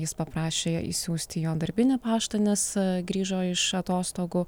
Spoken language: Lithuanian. jis paprašė išsiųsti į jo darbinį paštą nes grįžo iš atostogų